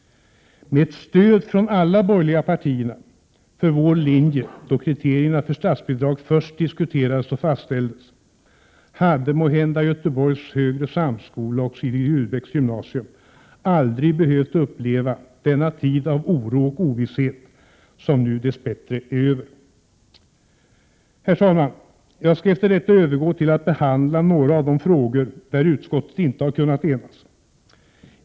Med ett stöd från alla de borgerliga partierna för vår linje, då kriterierna för statsbidrag först diskuterades och fastställdes, hade måhända Göteborgs högre samskola och Sigrid Rudebecks gymnasium aldrig behövt uppleva denna tid av oro och ovisshet, som nu dess bättre är över. Herr talman! Jag skall efter detta övergå till att behandla några av de frågor där utskottet inte har kunnat enas.